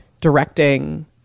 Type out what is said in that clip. directing